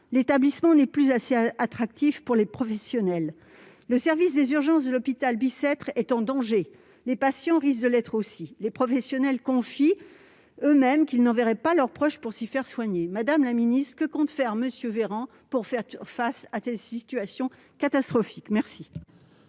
L'établissement n'est plus assez attractif pour les professionnels. Le service des urgences de l'hôpital Bicêtre est en danger et les patients risquent de l'être aussi. Les professionnels confient eux-mêmes qu'ils n'enverraient pas des proches s'y faire soigner ... Madame la ministre, que compte faire M. Véran face à cette situation catastrophique ? La